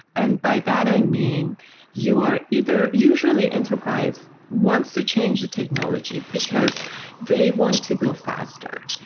and by that i mean you are either usually, enterprise wants to change the technology, because they want to go faster.